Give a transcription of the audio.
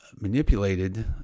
manipulated